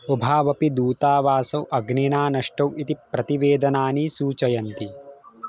उभावपि दूतावासौ अग्निना नष्टौ इति प्रतिवेदनानि सूचयन्ति